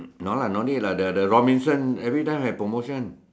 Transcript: no lah no need lah the the Robinson every time have promotion